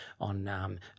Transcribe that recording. on